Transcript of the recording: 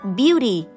beauty